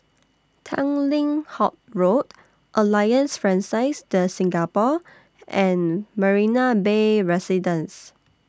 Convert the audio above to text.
Tanglin Halt Road Alliance Francaise De Singapour and Marina Bay Residences